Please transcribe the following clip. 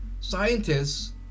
scientists